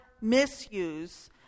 misuse